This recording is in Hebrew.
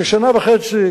כשנה וחצי